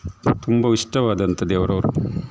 ತುಂಬ ಇಷ್ಟವಾದಂಥ ದೇವ್ರು ಅವರು